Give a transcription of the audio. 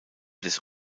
des